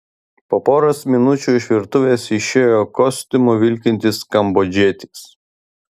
po poros minučių iš virtuvės išėjo kostiumu vilkintis kambodžietis